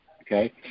Okay